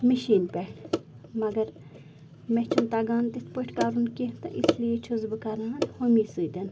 مِشیٖنہِ پٮ۪ٹھ مگر مےٚ چھُنہٕ تَگان تِتھ پٲٹھۍ کَرُن کیٚنٛہہ تہٕ اس لیے چھَس بہٕ کَران ہوٚمے سۭتۍ